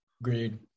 Agreed